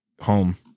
home